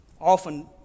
often